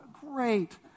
Great